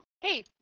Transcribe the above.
Hey